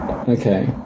Okay